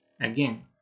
again